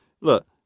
look